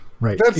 right